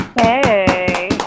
Hey